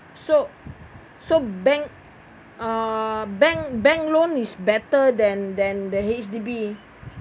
so so bank uh bank bank loan is better than than the H_D_B